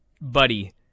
buddy